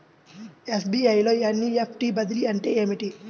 SBI లో NEFT బదిలీ అంటే ఏమిటి?